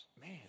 Man